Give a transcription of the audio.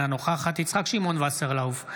אינה נוכחת יצחק שמעון וסרלאוף,